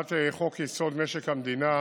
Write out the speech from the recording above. הצעת חוק-יסוד: משק המדינה